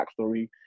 backstory